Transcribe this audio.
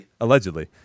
allegedly